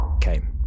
came